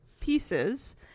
Pieces